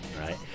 right